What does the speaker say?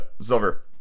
Silver